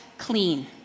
clean